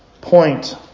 Point